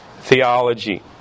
theology